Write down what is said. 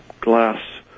glass